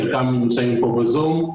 חלקם נמצאים פה בזום,